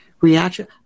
reaction